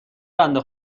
بنده